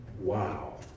Wow